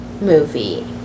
movie